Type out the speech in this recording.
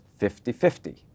50-50